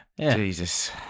Jesus